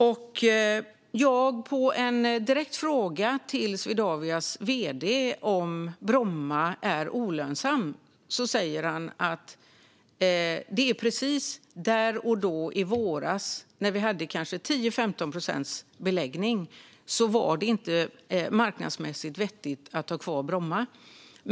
Och på en direkt fråga till Swedavias vd, om Bromma flygplats är olönsam, svarade han: Precis där och då, i våras, när vi hade kanske 10-15 procents beläggning var det inte marknadsmässigt vettigt att ha kvar Bromma.